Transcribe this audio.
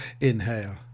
Inhale